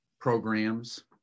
programs